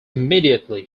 immediately